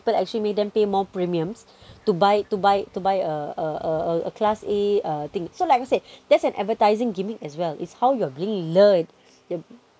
but actually made them pay more premium to buy to buy to buy a a a a class uh thing so like I said that's an advertising gimmick as well it's how you're being lured you're